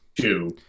two